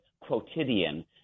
quotidian